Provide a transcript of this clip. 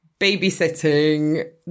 babysitting